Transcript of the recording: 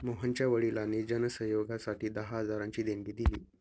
मोहनच्या वडिलांनी जन सहयोगासाठी दहा हजारांची देणगी दिली